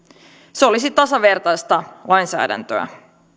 se olisi tasavertaista lainsäädäntöä